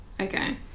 Okay